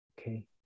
Okay